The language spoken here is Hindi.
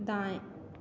दाएँ